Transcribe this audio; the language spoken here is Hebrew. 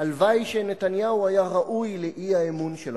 הלוואי שנתניהו היה ראוי לאי-אמון שלכם.